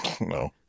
No